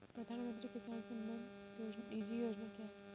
प्रधानमंत्री किसान सम्मान निधि योजना क्या है?